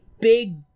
big